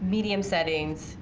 medium settings